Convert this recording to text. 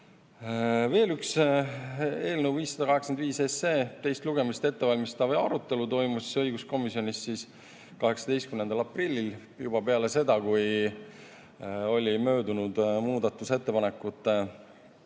Veel üks eelnõu 585 lugemist ette valmistav arutelu toimus õiguskomisjonis 18. aprillil, juba peale seda, kui oli möödunud muudatusettepanekute